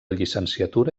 llicenciatura